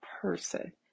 person